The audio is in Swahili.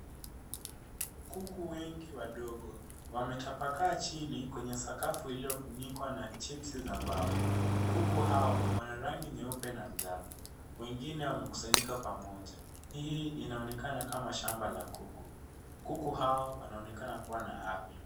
Kuku wengi wadogo, wametapakaa chini kwenye sakafu iliyofunikwa na chipzi ya mbao. Kuku hao Wana rangi nyeupe na njano. Wengine wamekusanyika pamoja. Hii inaonekana shamba la kuku. Kuku hao wanaonekana kuwa na afya.